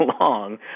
long